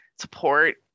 support